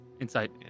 Insight